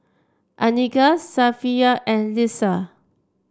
Andika Safiya and Lisa